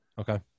Okay